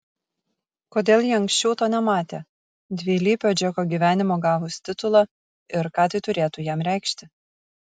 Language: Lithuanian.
kodėl ji anksčiau to nematė dvilypio džeko gyvenimo gavus titulą ir ką tai turėtų jam reikšti